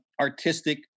artistic